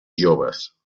joves